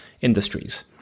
industries